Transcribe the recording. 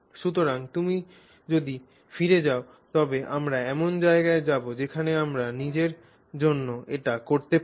সুতরাং তুমি যদি ফিরে যাও তবে আমরা এমন জায়গায় যাব যেখানে আমরা নিজের জন্য এটি করতে পারি